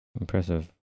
impressive